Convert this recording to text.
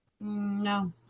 No